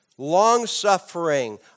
Long-suffering